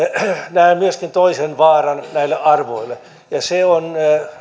näen myöskin toisen vaaran näille arvoille ja se on